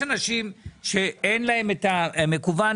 יש אנשים שאין להם את המקוון,